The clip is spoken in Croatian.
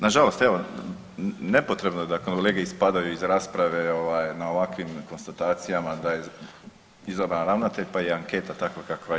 Nažalost, nepotrebno je da kolege ispadaju iz rasprave na ovakvim konstatacijama da je izabran ravnatelj pa je i anketa takva kakva je.